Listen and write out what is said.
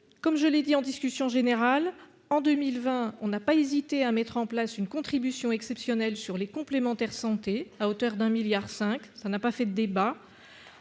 comme je l'ai dit en discussion générale en 2020 on n'a pas hésité à mettre en place une contribution exceptionnelle sur les complémentaires santé à hauteur d'un milliard 5, ça n'a pas fait débat